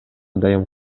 дайым